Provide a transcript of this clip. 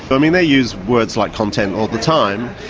i mean, they used words like content all the time,